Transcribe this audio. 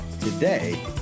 Today